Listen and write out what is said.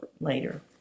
later